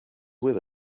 with